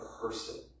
person